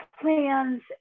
plans